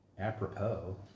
Apropos